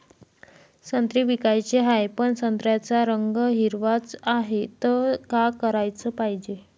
संत्रे विकाचे हाये, पन संत्र्याचा रंग हिरवाच हाये, त का कराच पायजे?